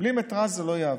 בלי מטרז' זה לא יעבוד,